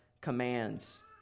commands